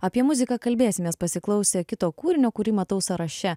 apie muziką kalbėsimės pasiklausę kito kūrinio kurį matau sąraše